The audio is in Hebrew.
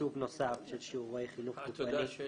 תקצוב נוסף של שיעורי חינוך גופני ואין